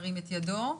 נא להצביע.